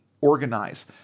organize